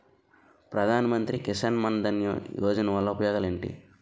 ప్రధాన మంత్రి కిసాన్ మన్ ధన్ యోజన వల్ల ఉపయోగాలు ఏంటి?